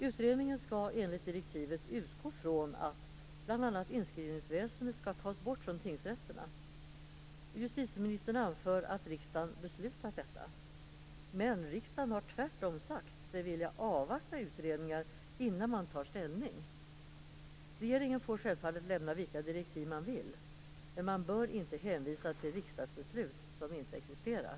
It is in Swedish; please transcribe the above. Utredningen skall enligt direktivet utgå från att bl.a. inskrivningsväsendet skall tas bort från tingsrätterna. Justitieministern anför att riksdagen beslutat detta. Men riksdagen har tvärtom sagt sig vilja avvakta utredningar innan man tar ställning. Regeringen får självfallet lämna vilka direktiv den vill, men man bör inte hänvisa till riksdagsbeslut som inte existerar.